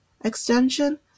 extension